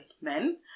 men